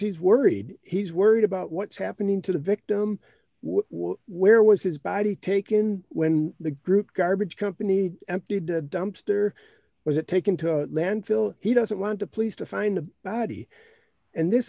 he's worried he's worried about what's happening to the victim where was his body taken when the group garbage company emptied the dumpster was it taken to a landfill he doesn't want to police to find a body and this